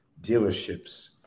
dealerships